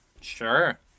Sure